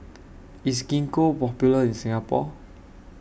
IS Gingko Popular in Singapore